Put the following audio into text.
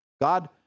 god